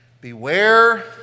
beware